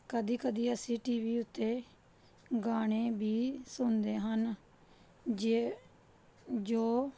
ਕਦੇ ਕਦੇ ਅਸੀਂ ਟੀ ਵੀ ਉੱਤੇ ਗਾਣੇ ਵੀ ਸੁਣਦੇ ਹਨ ਜੇ ਜੋ